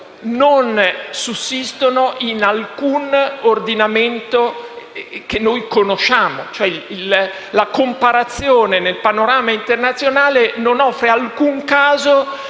non sussistono in alcun ordinamento che noi conosciamo. La comparazione, nel panorama internazionale, non offre alcun caso